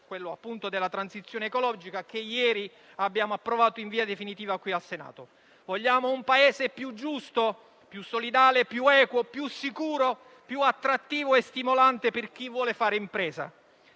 quello della transizione ecologica, che ieri abbiamo approvato in via definitiva qui al Senato. Vogliamo un Paese più giusto, più solidale, più equo, più sicuro, più attrattivo e più stimolante per chi vuole fare impresa.